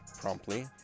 promptly